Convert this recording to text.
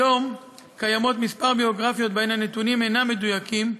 כיום קיימות כמה ביוגרפיות שבהן הנתונים אינם מדויקים,